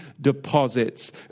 deposits